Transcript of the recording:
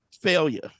failure